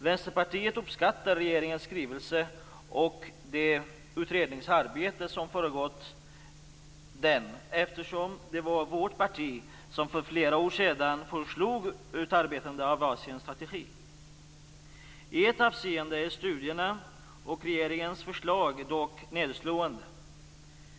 Vänsterpartiet uppskattar regeringens skrivelse och det utredningsarbete som föregått den, eftersom det var vårt parti som för flera år sedan föreslog ett utarbetande av en Asienstrategi. I ett avseende är studierna och regeringens förslag dock nedslående.